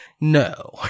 No